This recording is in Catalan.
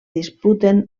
disputen